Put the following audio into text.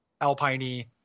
Alpine-y